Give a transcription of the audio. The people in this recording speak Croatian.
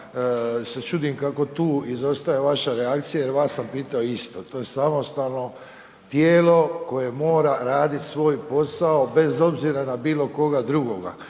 se čudim kako tu izostaje vaša reakcija jer vas sam pitao isto. To je samostalno tijelo koje mora raditi svoj posao bez obzira na bilo koga drugoga.